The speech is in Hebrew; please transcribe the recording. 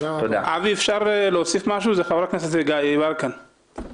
חבר הכנסת יברקן,